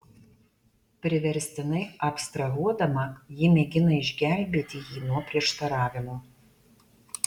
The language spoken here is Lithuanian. priverstinai abstrahuodama ji mėgina išgelbėti jį nuo prieštaravimų